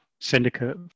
syndicate